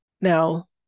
Now